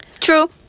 True